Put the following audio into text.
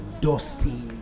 dusty